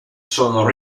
sono